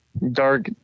Dark